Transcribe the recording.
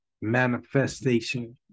manifestation